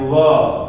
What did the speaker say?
love